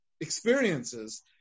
experiences